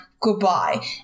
goodbye